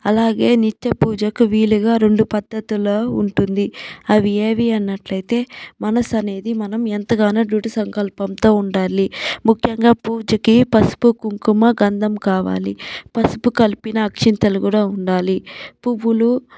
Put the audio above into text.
అలాగే నిత్య పూజకు వీలుగా రెండు పద్దతుల ఉంటుంది అవి ఏవి అన్నట్లయితే మనసనేది మనం ఎంతగానో దృఢ సంకల్పంతో ఉండాలి ముఖ్యంగా పూజకి పసుపు కుంకుమ గంధం కావాలి పసుపు కలిపిన అక్షింతలు కూడా ఉండాలి పువ్వులు